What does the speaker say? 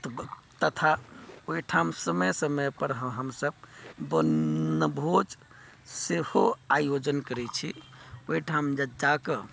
तथा ओहिठाम समय समय पर हमसब वनभोज सेहो आयोजन करैत छी ओहिठाम जाकऽ